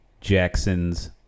Jackson's